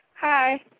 Hi